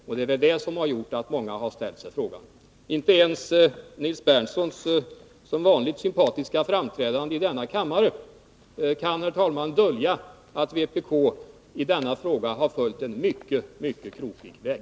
Och det är väl detta som har gjort att många har ställt sig frågande till vpk:s agerande. Herr talman! Inte ens Nils Berndtsons som vanligt sympatiska framträdande i denna kammare kan dölja att vpk i denna fråga har följt en mycket, mycket krokig väg.